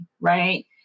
right